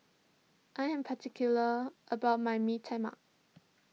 I am particular about my Bee Tai Mak